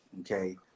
Okay